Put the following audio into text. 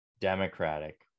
democratic